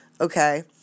Okay